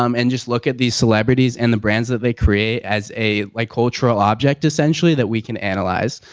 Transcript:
um and just look at these celebrities and the brands that they create as a like cultural object essentially, that we can analyze.